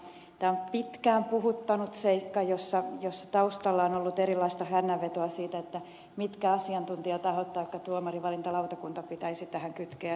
tämä on pitkään puhuttanut seikka jossa taustalla on ollut erilaista hännänvetoa siitä mitkä asiantuntijatahot taikka tuomarinvalintalautakunta pitäisi tähän kytkeä